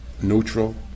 neutral